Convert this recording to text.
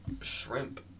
Shrimp